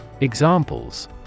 Examples